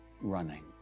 running